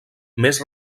més